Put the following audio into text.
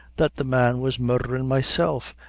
that the man was murdherin' myself.